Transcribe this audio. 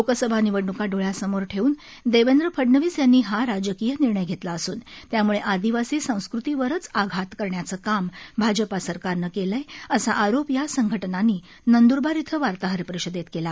लोकसभा निवडण्का डोळ्यासमोर ठेव्न देवेंद्र फडनवीस यांनी हा राजकीय निर्णय घेतेला असून याम्ळे आदिवासी संस्कृतीवरच आघात करण्याचं काम भाजपा सरकारनं केलं आहे असा आरोप या संघटनांनी नंदुरबार इथं वार्ताहर परिषदेत केला